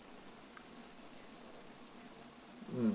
mm